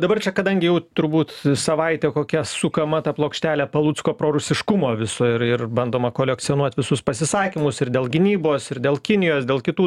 dabar čia kadangi jau turbūt savaitę kokia sukama ta plokštelė palucko prorusiškumo visur ir bandoma kolekcionuot visus pasisakymus ir dėl gynybos ir dėl kinijos dėl kitų